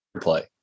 play